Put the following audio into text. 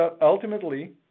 ultimately